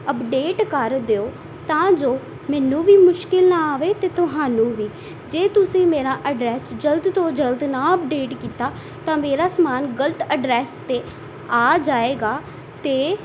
update ਕਰ ਦਿਓ ਤਾਂ ਜੋ ਮੈਨੂੰ ਵੀ ਮੁਸ਼ਕਿਲ ਨਾ ਆਵੇ ਅਤੇ ਤੁਹਾਨੂੰ ਵੀ ਜੇ ਤੁਸੀਂ ਮੇਰਾ ਅਡਰੈਸ ਜਲਦ ਤੋਂ ਜਲਦ ਨਾ ਅਪਡੇਟ ਕੀਤਾ ਤਾਂ ਮੇਰਾ ਸਾਮਾਨ ਗਲਤ ਅਡਰੈਸ 'ਤੇ ਆ ਜਾਵੇਗਾ ਅਤੇ